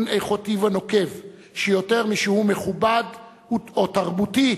איכותי ונוקב שיותר משהוא מכובד או תרבותי,